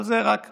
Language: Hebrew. אבל זה רק שאלה.